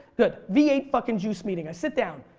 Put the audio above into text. good v eight fucking juice meeting. i sit down,